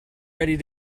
ready